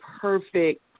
perfect